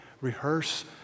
rehearse